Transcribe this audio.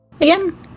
Again